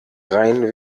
rein